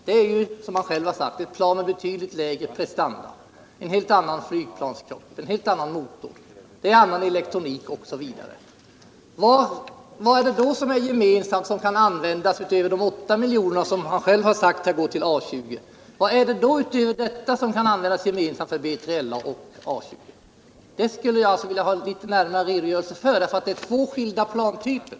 Som Eric Krönmark själv sade är BJLA ett plan med betydligt lägre prestanda, en helt annan flygplanskropp, en helt annan motor, en annan elektronik osv. Enligt försvarsministern skall 8 miljoner gå till utvecklingen av A 20. Men vad är det som utöver detta belopp skall användas gemensamt för BLA och A 20? Det skulle jag vilja ha en närmare redogörelse för, eftersom det här rör sig om två skilda plantyper.